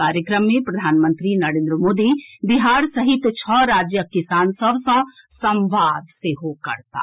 कार्यक्रम मे प्रधानमंत्री नरेन्द्र मोदी बिहार सहित छओ राज्यक किसान सभ सँ संवाद सेहो करताह